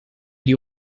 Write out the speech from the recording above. die